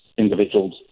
individual's